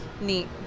neat